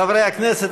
חברי הכנסת,